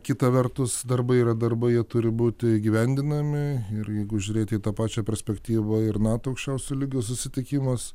kita vertus darbai yra darbai jie turi būti įgyvendinami ir jeigu žiūrėti į tą pačią perspektyvą ir nato aukščiausio lygio susitikimas